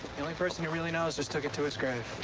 the only person who really knows just took it to his grave.